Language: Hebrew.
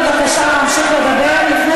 הוא בכלל לא מוסלמי, חבר הכנסת אורן חזן, מספיק.